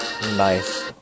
Nice